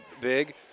big